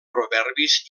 proverbis